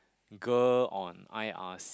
girl on I_R_C